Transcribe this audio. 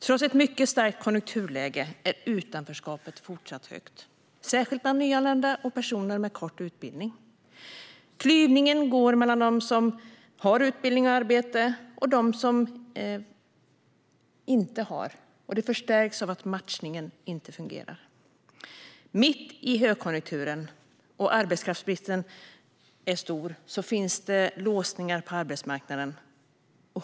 Trots ett mycket starkt konjunkturläge är utanförskapet fortsatt stort, särskilt bland nyanlända och personer med kort utbildning. Klyvningen går mellan dem som har utbildning och arbete och dem som inte har det, och den förstärks av att matchningen inte fungerar. Mitt i högkonjunkturen och arbetskraftsbristen, som är stor, finns det låsningar på arbetsmarknaden.